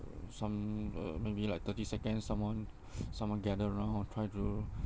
uh some uh maybe like thirty second someone someone gather around and try to